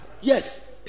yes